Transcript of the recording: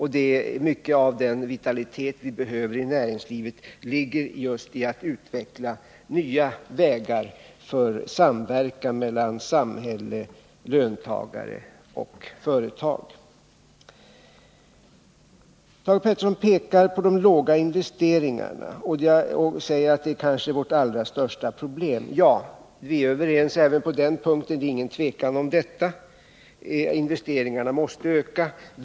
Mycket av den vitalitet som vi behöver i näringslivet beror just på utvecklingen av nya vägar för samverkan mellan samhälle, löntagare och företag. Thage Peterson pekade på de små investeringarna och sade att det kanske är vårt allra största problem. Vi är överens även på denna punkt. Det råder inget tvivel om att investeringarna måste öka.